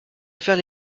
faire